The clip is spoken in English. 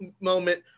moment